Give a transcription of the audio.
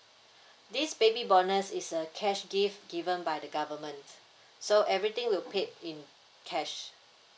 this baby bonus is a cash gift given by the government so everything will paid in cash